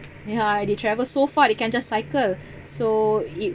yeah they travel so far they can't just cycle so it